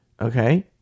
Okay